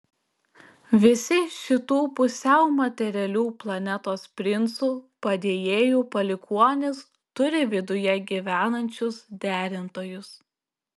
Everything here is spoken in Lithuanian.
visi šitų pusiau materialių planetos princų padėjėjų palikuonys turi viduje gyvenančius derintojus